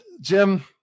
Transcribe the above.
Jim